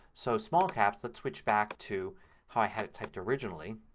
so small caps, let's switch back to how i had it typed originally.